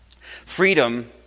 freedom